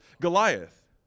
Goliath